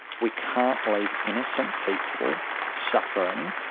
we can't leave innocent people suffering,